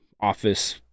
office